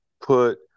put